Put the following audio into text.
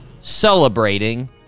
celebrating